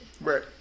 Right